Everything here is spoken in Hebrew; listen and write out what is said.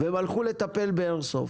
והם הלכו לטפל באיירסופט,